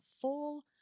full